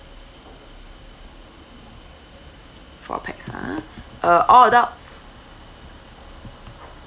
four pax ah uh all adults